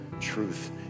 truth